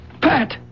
Pat